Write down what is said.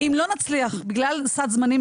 אם לא נצליח בגלל סד זמנים,